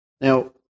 Now